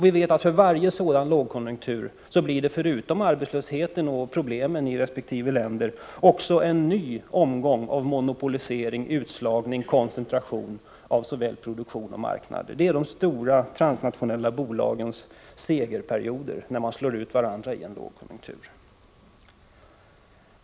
Vi vet att för varje sådan lågkonjunktur blir det förutom arbetslösheten och problemen i resp. länder också en ny omgång av monopolisering, utslagning och koncentration av såväl produktion som marknader. Det är de stora transnationella bolagens segerperioder. De slår ut varandra i en lågkonjunktur.